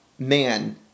man